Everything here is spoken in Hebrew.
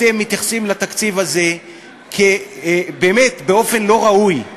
אתם מתייחסים לתקציב הזה באופן באמת לא ראוי,